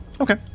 Okay